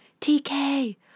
TK